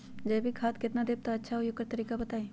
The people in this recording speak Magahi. जैविक खाद केतना देब त अच्छा होइ ओकर तरीका बताई?